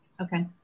Okay